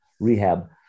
rehab